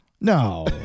No